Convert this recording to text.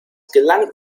gelang